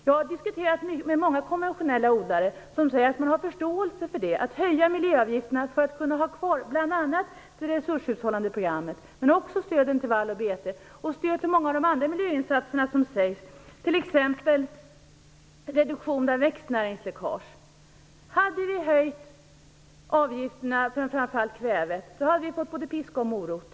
Jag har diskuterat det här med många konventionella odlare som säger att de har förståelse för en höjning av miljöavgifterna för att kunna ha kvar bl.a. programmet för resurshushållande och stöden till vall och bete och många andra miljöinsatser, t.ex. reduktion av växtnäringsläckage. Hade vi höjt avgifterna för framför allt kväve, hade vi fått både piska och morot.